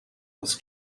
was